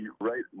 right